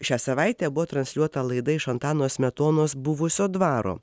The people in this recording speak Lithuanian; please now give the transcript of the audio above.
šią savaitę buvo transliuota laida iš antano smetonos buvusio dvaro